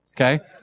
Okay